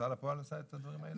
הוצאה לפועל עושה את הדברים האלה?